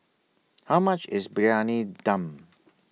How much IS Briyani Dum